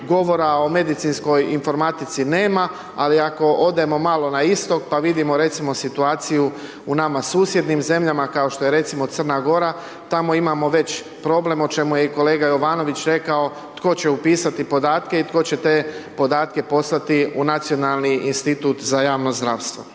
govora o medicinskoj informatici nema, ali ako odemo malo na istok, pa vidimo, recimo, situaciju, u nama susjednim zemljama, kao što je recimo Crna Gora, tamo imamo već problem, o čemu je i kolega Jovanović rekao, tko će upisati podatke i tko će te podatke poslati u Nacionalni institut za javno zdravstvo.